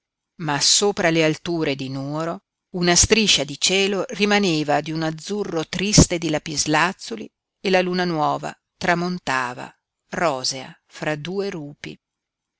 ma sopra le alture di nuoro una striscia di cielo rimaneva di un azzurro triste di lapislazzuli e la luna nuova tramontava rosea fra due rupi